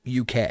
UK